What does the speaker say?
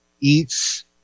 eats